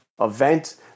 event